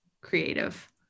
creative